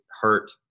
hurt